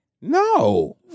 No